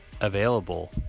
available